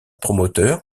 promoteur